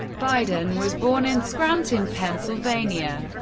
biden was born in scranton, pennsylvania,